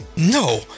No